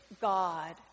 God